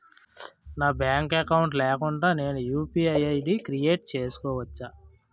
నాకు bank account లేకుండా నేను యు.పి.ఐ ఐ.డి క్రియేట్ చేసుకోవచ్చా?